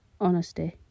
honesty